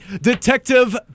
Detective